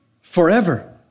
forever